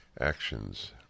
actions